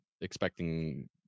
expecting